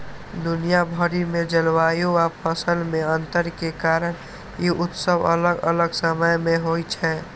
दुनिया भरि मे जलवायु आ फसल मे अंतर के कारण ई उत्सव अलग अलग समय मे होइ छै